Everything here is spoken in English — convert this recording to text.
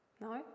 No